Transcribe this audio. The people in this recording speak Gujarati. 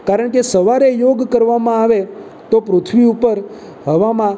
કારણકે સવારે યોગ કરવામાં આવે તો પૃથ્વી ઉપર હવામાં